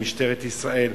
ומשטרת ישראל.